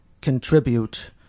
contribute